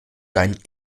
deinen